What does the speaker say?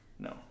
No